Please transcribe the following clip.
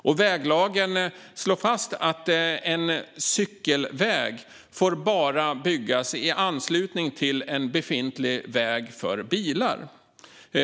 I väglagen slås det fast att en cykelväg bara får byggas i anslutning till en befintlig väg för bilar.